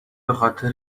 بخاطر